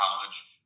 college